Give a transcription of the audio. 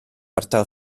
ardal